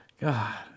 God